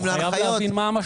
הוא חייב להבין מה המשמעות.